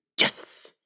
Yes